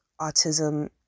Autism